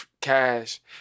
cash